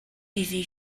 iddi